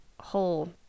whole